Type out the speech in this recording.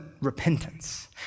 repentance